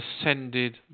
Ascended